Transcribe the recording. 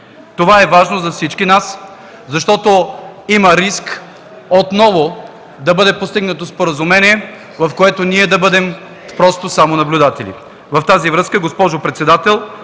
Това е важно за всички нас, защото има риск отново да бъде постигнато споразумение, в което ние да бъдем само наблюдатели.